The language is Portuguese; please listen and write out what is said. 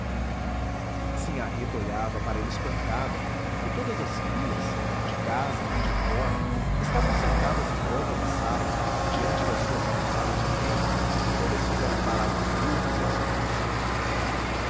espere sinhá rita olhava para ele espantada e todas as crias de casa e de fora que estavam sentadas em volta da sala diante das suas almofadas de renda todas fizeram parar os bilros e as mãos